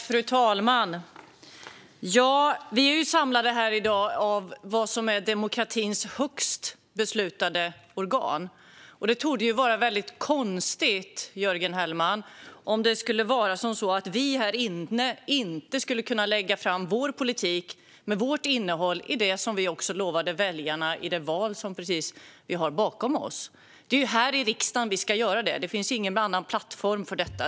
Fru talman! Vi är samlade här i dag i demokratins högsta beslutande organ. Det torde vara väldigt konstigt, Jörgen Hellman, om vi här inne inte skulle kunna lägga fram vår politik och innehållet i den som vi också lovade väljarna i det val som vi har bakom oss. Det är här i riksdagen som vi ska göra det. Det finns ingen annan plattform för detta.